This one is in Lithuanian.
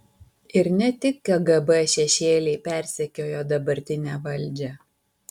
ir ne tik kgb šešėliai persekiojo dabartinę valdžią